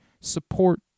Support